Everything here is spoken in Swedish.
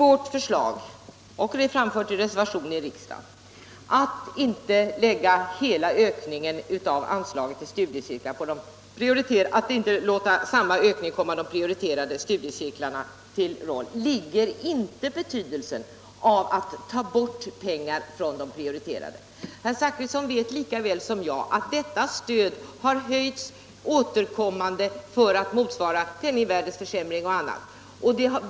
Vårt förslag, också framfört i en reservation, att de prioriterade studiecirklarna inte skulle få en lika stor ökning av anslaget till studiecirklar som de övriga innebär inte att vi vill ta bort pengar från de prioriterade. Herr Zachrisson vet lika väl som jag att detta stöd har höjts återkommande för att motverka penningvärdeförsämring och annat.